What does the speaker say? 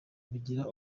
bigira